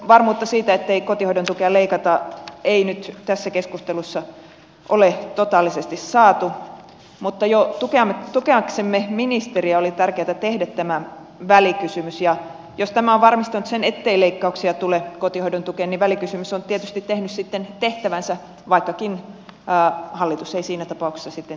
varmuutta siitä ettei kotihoidon tukea leikata ei nyt tässä keskustelussa ole totaalisesti saatu mutta jo tukeaksemme ministeriä oli tärkeätä tehdä tämä välikysymys ja jos tämä on varmistanut sen ettei leikkauksia tule kotihoidon tukeen välikysymys on tietysti tehnyt sitten tehtävänsä vaikkakaan hallitus ei siinä tapauksessa tietenkään tule kaatumaan